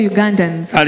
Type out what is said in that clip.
Ugandans